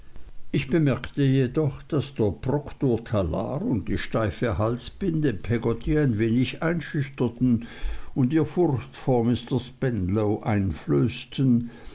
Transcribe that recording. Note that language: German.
ich bemerkte jedoch daß der proktortalar und die steife halsbinde peggotty ein wenig einschüchterten und ihr furcht vor mr spenlow einflößten